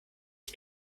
ich